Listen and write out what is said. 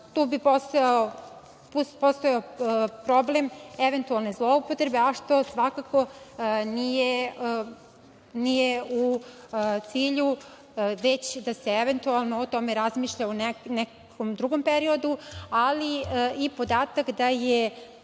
tu bi postojao problem eventualne zloupotrebe, a što svakako nije u cilju, već da se o tome razmišlja u nekom drugom periodu, ali i podatak da je